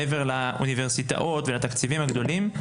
מעבר לאוניברסיטאות ולתקציבים הגדולים,